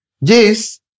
Yes